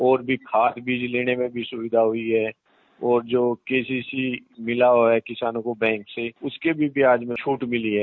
और भी खाद बीज लेने में सुविधा हुई है और जो केसीसी मिला है किसानों को बैंक से उसके भी ब्याज में छूट मिली है